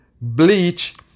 bleach